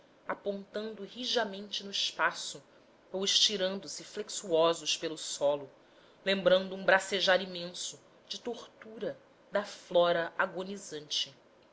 apontando rijamente no espaço ou estirando-se flexuosos pelo solo lembrando um bracejar imenso de tortura da flora agonizante